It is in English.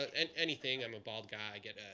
and anything. i'm a bald guy.